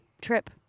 trip